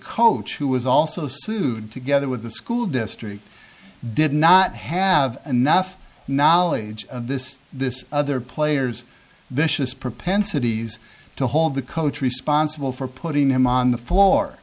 coach who was also sued together with the school district did not have enough knowledge of this this other players vicious propensities to hold the coach responsible for putting him on the floor